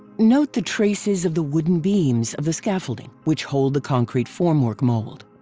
note the traces of the wooden beams of the scaffolding which hold the concrete formwork mold.